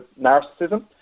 narcissism